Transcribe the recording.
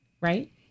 Right